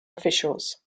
officials